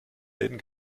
läden